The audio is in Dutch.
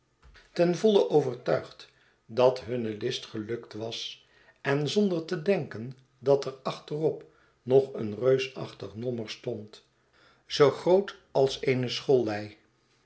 ten voile overtuigd dat hunne list gelukt was en zonder te denken dat er achterop nog een reusachtig nommer stond zoo groot als eene schoollei